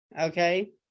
okay